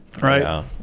Right